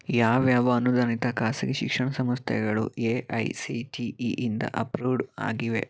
ಯಾವ ಯಾವ ಅನುದಾನಿತ ಖಾಸಗಿ ಶಿಕ್ಷಣ ಸಂಸ್ಥೆಗಳು A I C T E ಇಂದ ಅಪ್ರೂವ್ಡ್ ಆಗಿವೆ